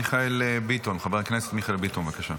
מיכאל ביטון, חבר הכנסת מיכאל ביטון, בבקשה.